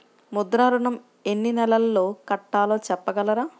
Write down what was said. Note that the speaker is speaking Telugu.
ముద్ర ఋణం ఎన్ని నెలల్లో కట్టలో చెప్పగలరా?